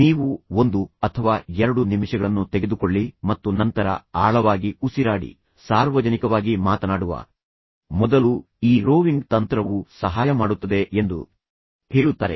ನೀವು ಒಂದು ಅಥವಾ ಎರಡು ನಿಮಿಷಗಳನ್ನು ತೆಗೆದುಕೊಳ್ಳಿ ಮತ್ತು ನಂತರ ಆಳವಾಗಿ ಉಸಿರಾಡಿ ಸಾರ್ವಜನಿಕವಾಗಿ ಮಾತನಾಡುವ ಮೊದಲು ಈ ರೋವಿಂಗ್ ತಂತ್ರವು ಸಹಾಯ ಮಾಡುತ್ತದೆ ಎಂದು ಹೇಳುತ್ತಾರೆ